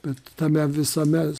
bet tame visame